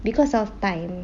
because of time